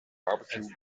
barbecue